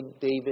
David